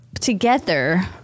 together